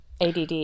ADD